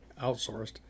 outsourced